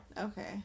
Okay